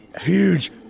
huge